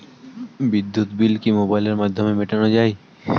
বিদ্যুৎ বিল কি মোবাইলের মাধ্যমে মেটানো য়ায়?